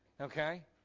Okay